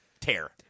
tear